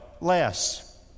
less